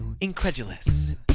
Incredulous